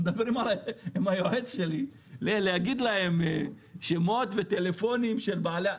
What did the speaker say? הם מדברים עם היועץ שלי שיגיד להם שמות וטלפונים של בעלי העסקים.